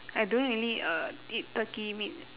I don't really uh eat turkey meat